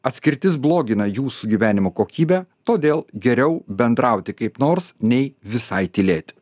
atskirtis blogina jūsų gyvenimo kokybę todėl geriau bendrauti kaip nors nei visai tylėti